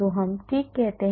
तो हम ठीक कहते हैं